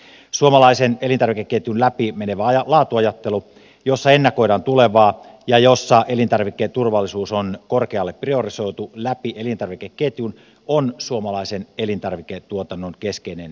suomalainen elintarvikeketjun läpi menevä laatuajattelu jossa ennakoidaan tulevaa ja jossa elintarvikkeen turvallisuus on korkealle priorisoitu läpi elintarvikeketjun on suomalaisen elintarviketuotannon keskeinen menestystekijä